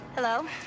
Hello